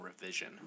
revision